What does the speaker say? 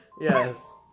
Yes